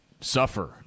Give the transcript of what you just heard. suffer